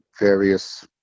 various